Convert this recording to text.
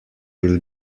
will